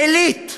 מליט.